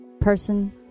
person